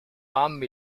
عمي